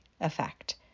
effect